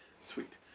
sweet